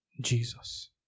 Jesus